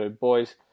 boys